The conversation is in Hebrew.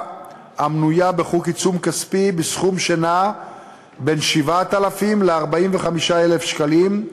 המנויה בחוק עיצום כספי בסכום שבין 7,000 ל-45,000 שקלים,